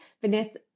Vanessa